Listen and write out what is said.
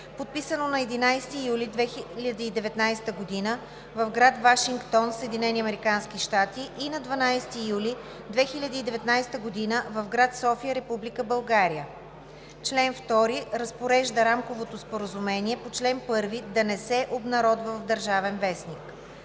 подписано на 11 юли 2019 г. в гр. Вашингтон, САЩ, и на 12 юли 2019 г. в гр. София, Република България. Чл. 2. Разпорежда рамковото споразумение по чл. 1 да не се обнародва в „Държавен вестник“.